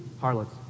harlots